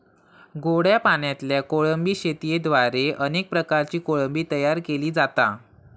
गोड्या पाणयातल्या कोळंबी शेतयेद्वारे अनेक प्रकारची कोळंबी तयार केली जाता